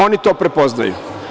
Oni to prepoznaju.